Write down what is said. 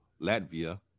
Latvia